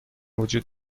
وجود